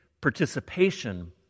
participation